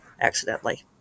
accidentally